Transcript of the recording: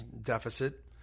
deficit